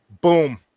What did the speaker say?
Boom